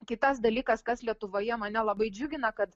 kitas dalykas kas lietuvoje mane labai džiugina kad